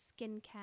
Skincare